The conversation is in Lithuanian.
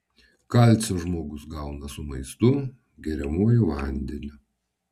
kalcio žmogus gauna su maistu geriamuoju vandeniu